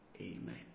Amen